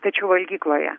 tačiau valgykloje